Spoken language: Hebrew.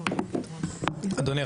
אדוני,